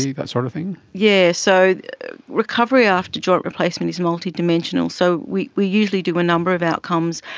that sort of thing? yes, so recovery after joint replacement is multidimensional. so we we usually do a number of outcomes.